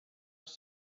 els